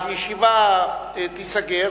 הישיבה תיסגר,